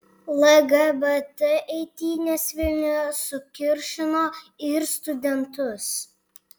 lgbt eitynės vilniuje sukiršino ir studentus